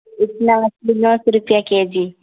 نو سو روپیہ کے جی